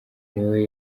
niwe